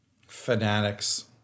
Fanatics